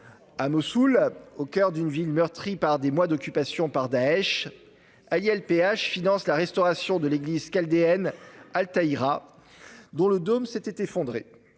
À Mossoul, au coeur d'une ville meurtrie par des mois d'occupation par Daech, Aliph finance la restauration de l'église chaldéenne Al-Tahira, dont le dôme s'était effondré.